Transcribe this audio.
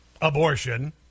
abortion